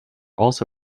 also